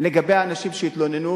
לגבי האנשים שהתלוננו,